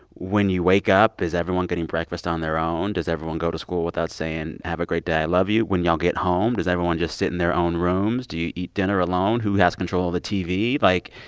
when you wake up, is everyone getting breakfast on their own? does everyone go to school without saying, have a great day, i love you, when you get home? does everyone just sit in their own rooms? do you eat dinner alone? who has control of the tv? like,